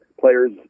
players